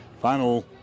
final